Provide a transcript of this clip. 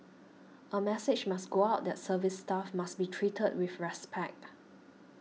a message must go out that service staff must be treated with respect